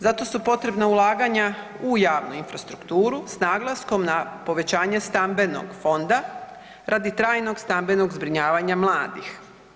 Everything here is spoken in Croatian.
Zato su potrebna ulaganja u javnu infrastrukturu s naglaskom na povećanje stambenog fonda radi trajnog stambenog zbrinjavanja mladih.